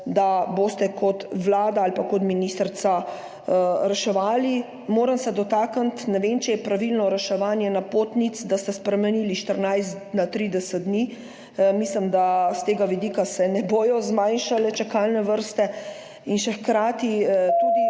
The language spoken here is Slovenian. da boste kot Vlada ali pa kot ministrica reševali. Moram se dotakniti, ne vem, če je pravilno reševanje napotnic, da ste spremenili s 14 na 30 dni. Mislim, da se s tega vidika ne bodo zmanjšale čakalne vrste. In še hkrati,